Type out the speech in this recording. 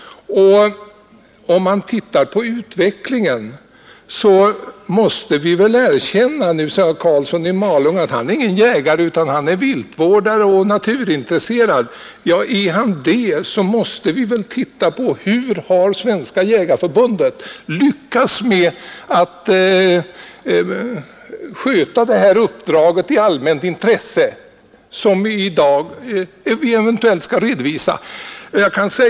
Herr Karlsson i Malung säger att han är ingen jägare utan han är viltvårdare och naturintresserad. Ja, är han det måste han väl också tänka på hur Svenska jägareförbundet har lyckats med att sköta det uppdrag som Jägareförbundet fått i det allmännas intresse och vad vi i dag kan redovisa för resultat.